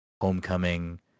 Homecoming